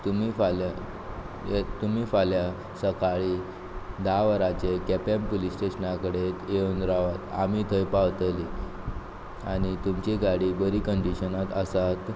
तुमी फाल्यां यें तुमी फाल्यां सकाळीं धा वराचेर केंपे पुलीस स्टेशना कडेन येवन रावात आमी थंय पावतलीं आनी तुमची गाडी बरी कंडिशनांत आसात